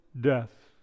death